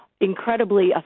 incredibly